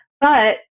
But-